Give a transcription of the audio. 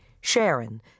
Sharon